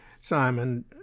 Simon